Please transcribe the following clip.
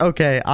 Okay